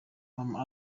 mama